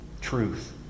Truth